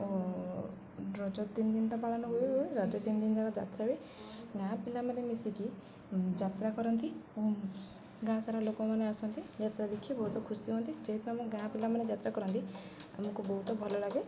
ଓ ରଜ ତିନି ଦିନ ତ ପାଳନ ହୁଏ ହଏ ରଜ ତିନ ଦିନ ଯାକ ଯାତ୍ରା ବି ଗାଁ ପିଲାମାନେ ମିଶିକି ଯାତ୍ରା କରନ୍ତି ଓ ଗାଁ ସାରା ଲୋକମାନେ ଆସନ୍ତି ଯାତ୍ରା ଦେଖି ବହୁତ ଖୁସି ହୁଅନ୍ତି ଯେହେତୁ ଆମ ଗାଁ ପିଲାମାନେ ଯାତ୍ରା କରନ୍ତି ଆମକୁ ବହୁତ ଭଲଲାଗେ